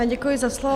Děkuji za slovo.